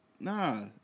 Nah